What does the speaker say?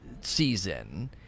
season